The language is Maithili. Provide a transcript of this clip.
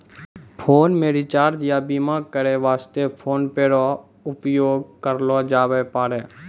फोन मे रिचार्ज या बीमा करै वास्ते फोन पे रो उपयोग करलो जाबै पारै